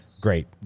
Great